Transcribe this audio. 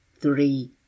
three